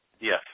Yes